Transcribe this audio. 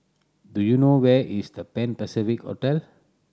do you know where is The Pan Pacific Hotel